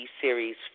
series